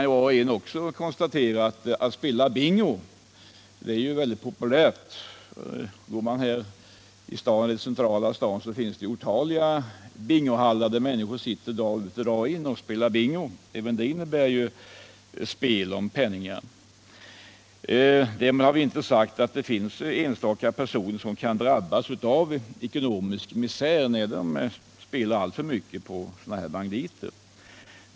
Var och en kan ju konstatera att det är populärt att spela bingo. Om man går här i centrala Stockholm ser man otaliga bingohallar där människor sitter dag ut och dag in och spelar bingo. Och även det innebär ett spel om penningar. Vi har inte förnekat att det finns enstaka personer som drabbas av ekonomisk misär när de spelar alltför mycket på de här banditerna.